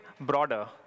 broader